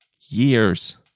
years